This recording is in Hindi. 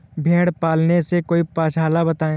भेड़े पालने से कोई पक्षाला बताएं?